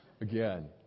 again